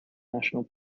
national